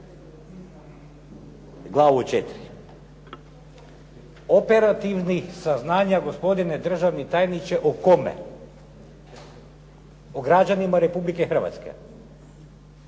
glavu 4. Operativnih saznanja, gospodine državni tajniče, o kome? O građanima Republike Hrvatske